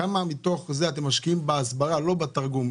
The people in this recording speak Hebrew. כמה מתוך זה אתם משקיעים בהסברה, לא בתרגום?